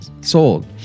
sold